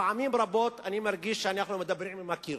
פעמים רבות אני מרגיש שאנחנו מדברים עם הקיר.